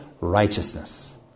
righteousness